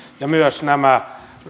ja myös nämä